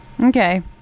Okay